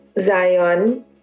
Zion